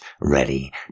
ready